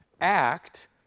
act